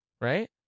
right